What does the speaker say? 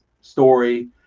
story